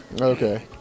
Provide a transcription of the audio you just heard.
Okay